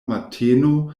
mateno